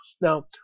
Now